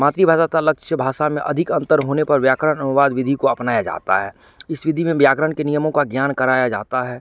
मातृभाषा तथा लक्ष्य भाषा में अधिक अंतर होने पर व्याकरण अनुवाद विधी को अपनाया जाता है इस विधी में व्याकरण के नियमों का ज्ञान कराया जाता है